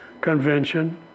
Convention